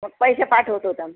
मग पैसे पाठवतो आम्ही